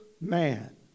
man